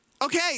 Okay